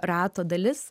rato dalis